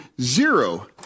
zero